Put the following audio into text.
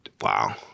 Wow